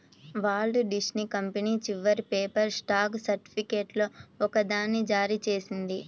Walt Disney company చివరి paper stock సర్టిఫికేట్లలో ఒకదాన్ని జారీ చేసింది